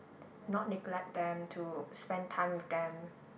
not neglect them to spend time with them